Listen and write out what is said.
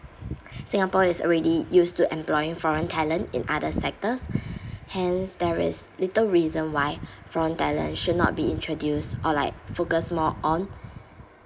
singapore is already used to employing foreign talent in other sectors hence there is little reason why foreign talent should not be introduced or like focus more on